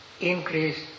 increase